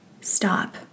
stop